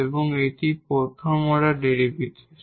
এবং এগুলি প্রথম অর্ডার ডেরিভেটিভস